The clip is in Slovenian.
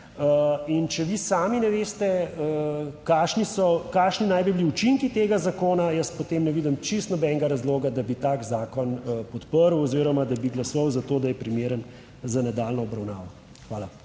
In če vi sami ne veste kakšni so, kakšni naj bi bili učinki tega zakona, jaz potem ne vidim čisto nobenega razloga, da bi tak zakon podprl oziroma da bi glasoval za to, da je primeren za nadaljnjo obravnavo. Hvala.